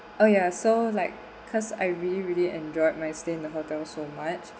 oh ya so like cause I really really enjoyed my stay in the hotel so much